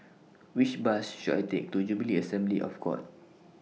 Which Bus should I Take to Jubilee Assembly of God